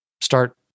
start